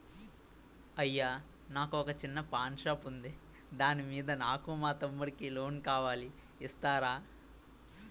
అయ్యా నాకు వొక చిన్న పాన్ షాప్ ఉంది దాని మీద నాకు మా తమ్ముడి కి లోన్ కావాలి ఇస్తారా?